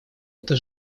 это